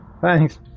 Thanks